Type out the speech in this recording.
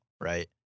right